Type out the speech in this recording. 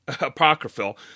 apocryphal